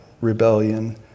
rebellion